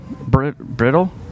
Brittle